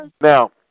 Now